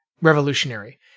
revolutionary